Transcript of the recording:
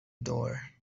door